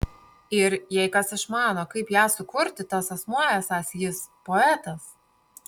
ir jei kas išmano kaip ją sukurti tas asmuo esąs jis poetas